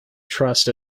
trust